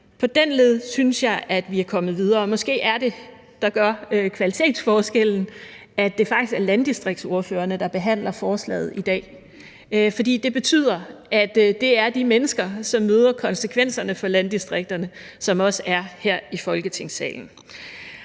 På den led synes jeg at vi er kommet videre, og måske er det, der gør kvalitetsforskellen, at det faktisk er landdistriktsordførerne, der behandler forslaget i dag. For det betyder, at det er de mennesker, der møder konsekvenserne for landdistrikterne, der også er her i Folketingssalen.